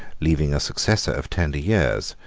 leaving a successor of tender years,